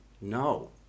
no